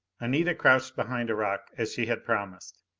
anita crouched behind a rock, as she had promised.